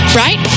right